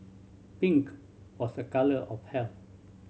pink was a colour of health